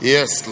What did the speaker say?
Yes